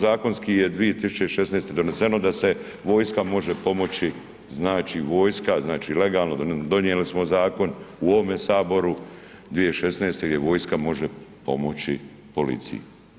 Zakonski je 2016. doneseno da se vojska može pomoći znači vojska, znači legalno donijeli smo zakon u ovome saboru 2016., gdje vojska može pomoći policiji.